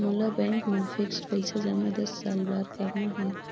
मोला बैंक मा फिक्स्ड पइसा जमा दस साल बार करना हे?